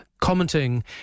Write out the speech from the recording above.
Commenting